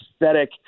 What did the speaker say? aesthetic